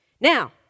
Now